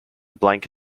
blank